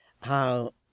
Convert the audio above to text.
how